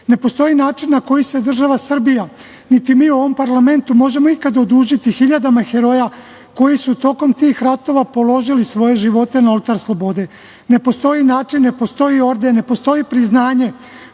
postoji način na koji se država Srbija niti mi u ovom parlamentu možemo ikada odužiti hiljadama heroja koji su tokom tih ratova položili svoje živote na oltar slobode. Ne postoji način, ne postoji orden, ne postoji priznanje